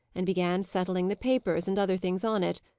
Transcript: and began settling the papers and other things on it,